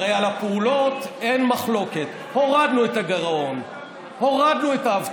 הרי על הפעולות אין מחלוקת: הורדנו את הגירעון,